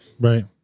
Right